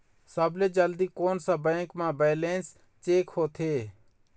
सबसे जल्दी कोन सा बैंक म बैलेंस चेक होथे?